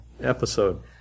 episode